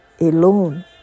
alone